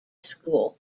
school